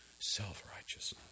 self-righteousness